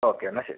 okay എന്നാൽ ശരി